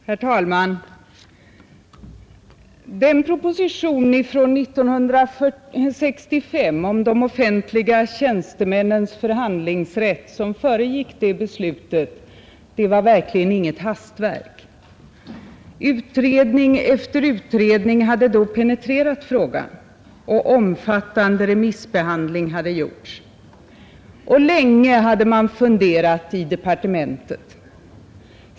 Herr talman! Den proposition från 1965 om de offentliga tjänstemännens förhandlingsrätt som föregick beslutet var verkligen inget hastverk. Utredning efter utredning hade då penetrerat frågan. Omfattande remissbehandling hade gjorts. Länge hade man funderat i departementet.